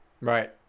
Right